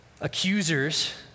accusers